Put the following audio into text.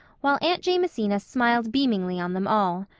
while aunt jamesina smiled beamingly on them all.